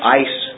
ice